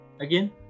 again